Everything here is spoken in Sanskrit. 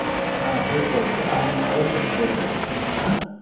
हा प्रेषयतु अहम् अवश्यं प्रेषयामि हा